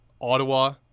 Ottawa